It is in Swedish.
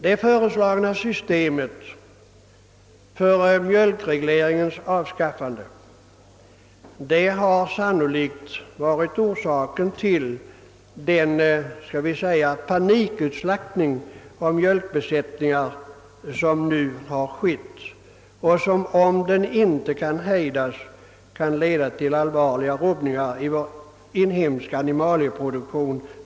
Det föreslagna systemet för mjölkregleringens avskaffande har sanno likt varit orsaken till den panikutslaktning av mjölkbesättningar som skett och som, om den inte kan hejdas, framöver kan leda till allvarliga rubbningar i vår inhemska animalieproduktion.